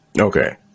okay